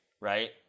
right